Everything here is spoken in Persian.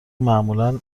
معمولا